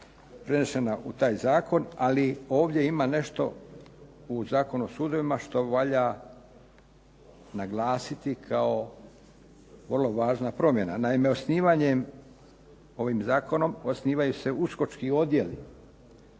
prenešena u taj zakon. Ali ovdje ima nešto u Zakonu o sudovima što valja naglasiti kao vrlo važna promjena. Naime, osnivanjem ovim zakonom osnivaju se uskočki odjeli